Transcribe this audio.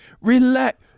relax